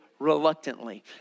reluctantly